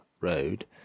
Road